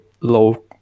low